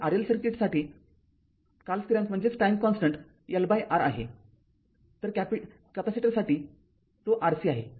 तर RL सर्किटसाठी कालस्थिरांक L R आहे तर कॅपेसिटरसाठी तो R C आहे